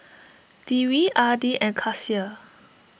Dewi Adi and Kasih